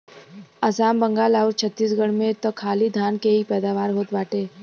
आसाम, बंगाल आउर छतीसगढ़ में त खाली धान के ही पैदावार होत बाटे